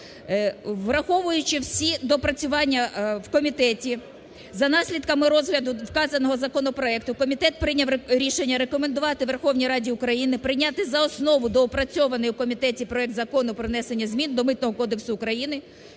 Враховуючи всі доопрацювання в комітеті, за наслідками розгляду вказаного законопроекту комітет прийняв рішення рекомендувати Верховній Раді України прийняти за основу доопрацьований у комітеті проект Закону про внесення змін до Митного кодексу України